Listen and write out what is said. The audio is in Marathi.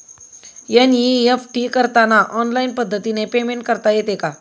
एन.ई.एफ.टी करताना ऑनलाईन पद्धतीने पेमेंट करता येते का?